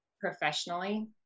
professionally